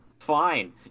Fine